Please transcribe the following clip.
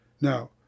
Now